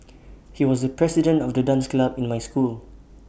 he was the president of the dance club in my school